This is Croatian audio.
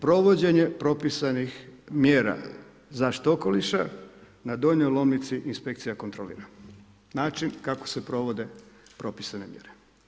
Provođenje propisani mjera zaštite okoliša na Donjoj Lomnici inspekcija kontrolira, način kako se provode propisane mjere.